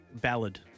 ballad